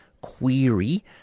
query